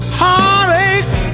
heartache